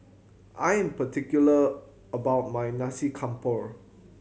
I am particular about my Nasi Campur